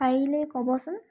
পাৰিলে ক'বচোন